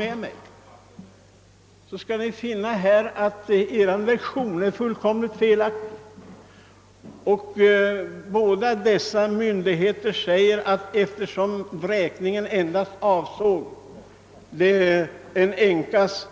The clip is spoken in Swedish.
Ni kommer då att finna att er version är fullkomligt felaktig. Båda dessa myndigheter säger att eftersom vräkningen endast avser en änkas